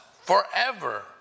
forever